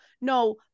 No